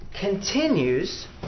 continues